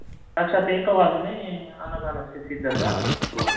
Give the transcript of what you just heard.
साक्षात् एकवादने अन्नदानस्य सिद्धता कुर्वन्ति